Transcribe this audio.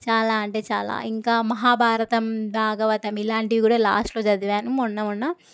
చాలా అంటే చాలా ఇంకా మహాభారతం భాగవతం ఇలాంటివి కూడా లాస్ట్లో చదివాను మొన్న మొన్న